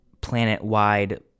planet-wide